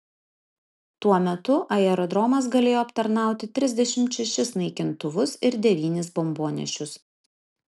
tuo metu aerodromas galėjo aptarnauti trisdešimt šešis naikintuvus ir devynis bombonešius